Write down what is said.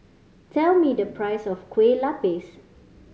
tell me the price of Kueh Lupis